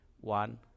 one